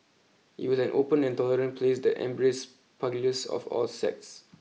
it was an open and tolerant place that embraced pugilists of all sects